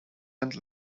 and